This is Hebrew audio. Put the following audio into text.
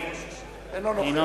אינו נוכח מתן וילנאי,